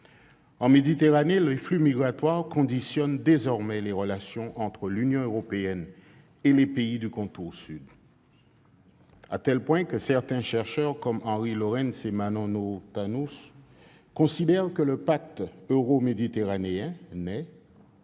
En Méditerranée, les flux migratoires conditionnent désormais les relations entre l'Union européenne et les pays du contour sud, à tel point que certains chercheurs, comme Henry Laurens et Manon-Nour Tannous considèrent que le pacte euro-méditerranéen n'est